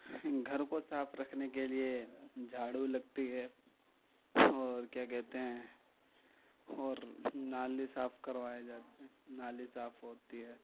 گھر کو صاف رکھنے کے لیے جھاڑو لگتی ہے اور کیا کہتے ہیں اور نالی صاف کروائے جاتے ہیں نالی صاف ہوتی ہے